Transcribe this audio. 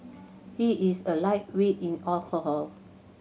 he is a lightweight in alcohol